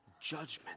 judgment